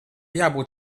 jābūt